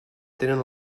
tenen